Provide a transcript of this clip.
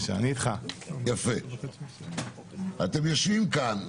אתם יושבים כאן,